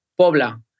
Pobla